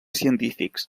científics